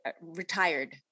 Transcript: retired